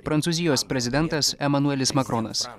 prancūzijos prezidentas emanuelis makronas